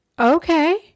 okay